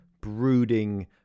brooding